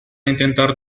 intentar